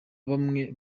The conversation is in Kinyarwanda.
bamwe